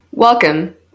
Welcome